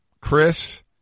Chris